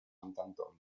antonio